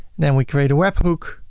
then we create a web hook